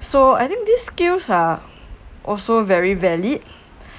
so I think these skills are also very valid